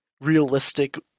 realistic